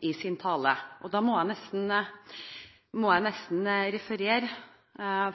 i sin tale. Jeg må nesten referere